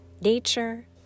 nature